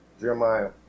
Jeremiah